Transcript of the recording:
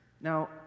now